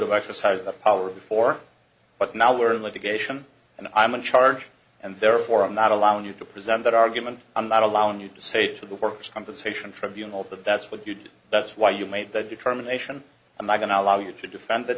have exercised the power before but now we're in litigation and i'm in charge and therefore i'm not allowing you to present that argument i'm not allowing you to say to the work's compensation tribunal that that's what you did that's why you made that determination i'm not going to allow you to defend that